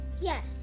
Yes